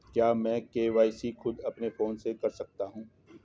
क्या मैं के.वाई.सी खुद अपने फोन से कर सकता हूँ?